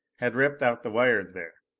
had ripped out the wires there.